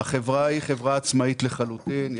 החברה היא חברה עצמאית לחלוטין.